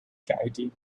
charity